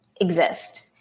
exist